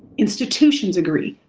institutions agree,